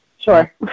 sure